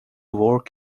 work